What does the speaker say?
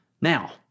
Now